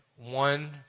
One